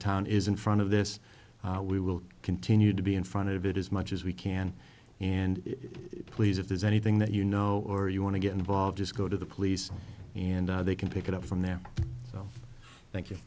town is in front of this we will continue to be in front of it as much as we can and please if there's anything that you know or you want to get involved just go to the police and they can pick it up from there thank you